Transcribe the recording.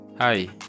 Hi